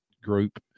group